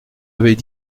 avait